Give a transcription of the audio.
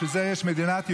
בשביל זה יש מדינת יהודים,